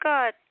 God